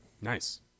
Nice